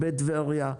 בטבריה,